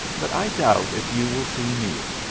but i doubt if you will see me.